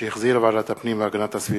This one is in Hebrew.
שהחזירה ועדת הפנים והגנת הסביבה.